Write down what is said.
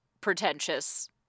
pretentious